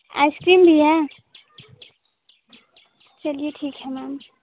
ice cream भी है चलिए ठीक है मैम